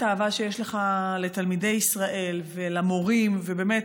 האהבה שיש לך לתלמידי ישראל ולמורים ובאמת